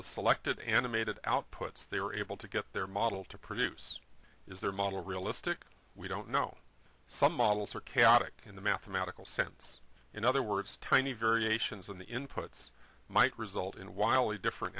the selected animated outputs they were able to get their model to produce is their model realistic we don't know some models are chaotic in the mathematical sense in other words tiny variations in the inputs might result in wildly different